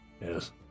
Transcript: Yes